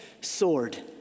sword